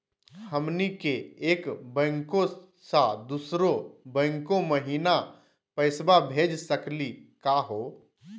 हमनी के एक बैंको स दुसरो बैंको महिना पैसवा भेज सकली का हो?